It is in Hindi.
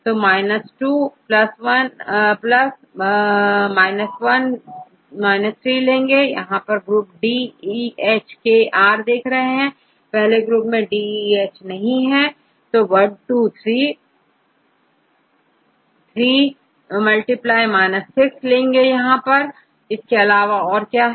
तो 2 1 3 अब इस ग्रुप को देखेंD E H K R पहले ग्रुप में D E H नहीं है तो123 3 6 यहां इसके अलावा और क्या है